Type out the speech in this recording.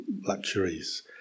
luxuries